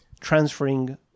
transferring